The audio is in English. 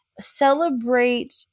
Celebrate